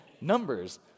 Numbers